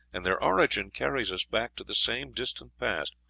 and their origin carries us back to the same distant past,